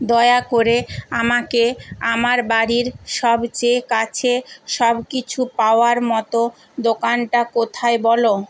দয়া করে আমাকে আমার বাড়ির সব চেয়ে কাছে সব কিছু পাওয়ার মতো দোকানটা কোথায় বল